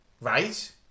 right